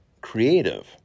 creative